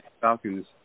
Falcons